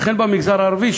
וכן במגזר הערבי,